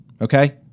Okay